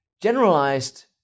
generalized